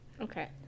Okay